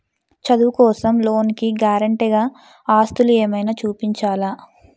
చదువు కోసం లోన్ కి గారంటే గా ఆస్తులు ఏమైనా చూపించాలా?